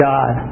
God